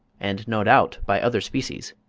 and no doubt by other species.